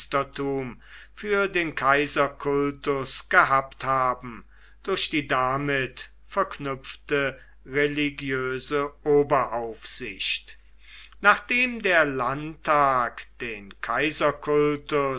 für den kaiserkultus gehabt haben durch die damit verknüpfte religiöse oberaufsicht nachdem der landtag den